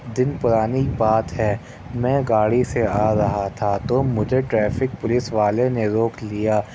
دن پرانی بات ہے میں گاڑی سے آ رہا تھا تو مجھے ٹریفک پولیس والے نے روک لیا